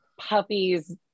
Puppies